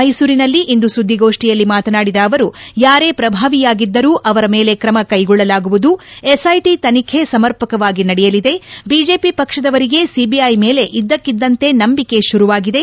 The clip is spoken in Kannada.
ಮೈಸೂರಿನಲ್ಲಿಂದು ಸುದ್ದಿಗೋಷ್ಠಿಯಲ್ಲಿ ಮಾತನಾಡಿದ ಅವರು ಯಾರೇ ಪ್ರಭಾವಿಯಾಗಿದ್ದರೂ ಅವರ ಮೇಲೆ ತ್ರಮ ಕ್ಕೆಗೊಳ್ಳಲಾಗುವುದು ಎಸ್ಐಟಿ ತನಿಖೆ ಸಮರ್ಪಕವಾಗಿ ನಡೆಯಲಿದೆ ಬಿಜೆಪಿ ಪಕ್ಷದವರಿಗೆ ಸಿಬಿಐ ಮೇಲೆ ಇದ್ದಕ್ಕಿದ್ದಂತೆ ನಂಬಿಕೆ ಶುರುವಾಗಿದೆ